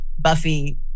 Buffy